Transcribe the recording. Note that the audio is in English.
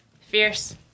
Fierce